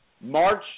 March